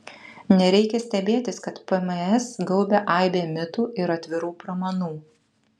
nereikia stebėtis kad pms gaubia aibė mitų ir atvirų pramanų